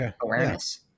awareness